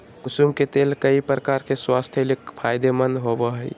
कुसुम के तेल कई प्रकार से स्वास्थ्य ले फायदेमंद होबो हइ